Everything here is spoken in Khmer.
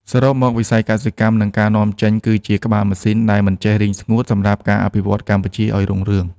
សរុបមក វិស័យកសិកម្ម និងការនាំចេញ គឺជាក្បាលម៉ាស៊ីនដែលមិនចេះរីងស្ងួត សម្រាប់ការអភិវឌ្ឍកម្ពុជាឱ្យរុងរឿង។